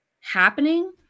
happening